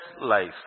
life